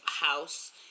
house